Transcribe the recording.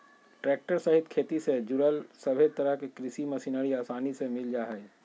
tractor सहित खेती से जुड़ल सभे तरह के कृषि मशीनरी आसानी से मिल जा हइ